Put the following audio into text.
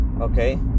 okay